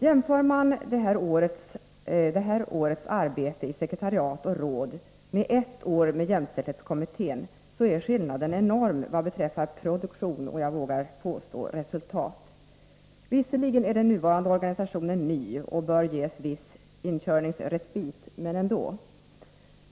Jämför man detta års arbete i sekretariat och råd med ett års arbete i jämställdhetskommittén, så är skillnaden enorm vad beträffar produktion och, vågar jag påstå, resultat. Visserligen är den nuvarande organisationen ny och bör ges viss inkörningsrespit, men ändå.